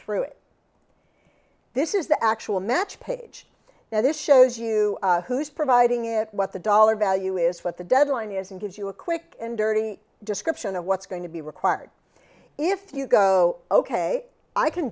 through it this is the actual match page and this shows you who's providing it what the dollar value is what the deadline is and gives you a quick and dirty description of what's going to be required if you go ok i can